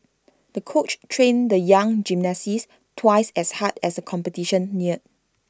the coach trained the young gymnast twice as hard as the competition neared